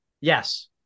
Yes